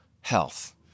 health